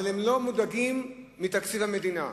אבל הם לא מודאגים מתקציב המדינה.